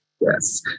yes